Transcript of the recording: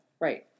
Right